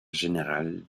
générale